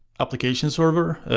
application server.